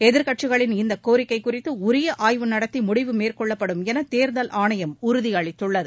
எதிர்க்கட்சிகளின் இந்த கோரிக்கை குறித்து உரிய ஆய்வு நடத்தி முடிவு மேற்கொள்ளப்படும் என தேர்தல் ஆணையம் உறுதி அளித்துள்ளது